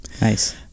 Nice